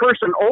person